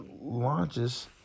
launches